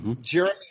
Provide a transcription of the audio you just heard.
Jeremy